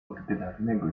ordynarnego